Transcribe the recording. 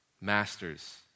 Masters